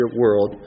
world